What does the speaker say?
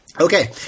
Okay